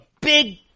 big